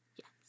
Yes